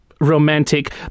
romantic